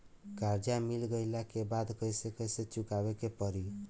कर्जा मिल गईला के बाद कैसे कैसे चुकावे के पड़ी?